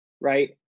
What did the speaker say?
right